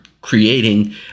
creating